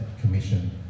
commission